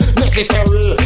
necessary